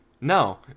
no